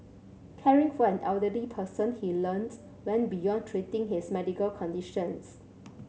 caring for an elderly person he learnt went beyond treating his medical conditions